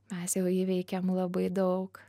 mes jau įveikėm labai daug